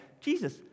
Jesus